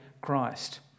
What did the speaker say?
Christ